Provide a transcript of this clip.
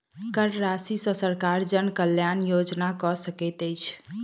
कर राशि सॅ सरकार जन कल्याण योजना कअ सकैत अछि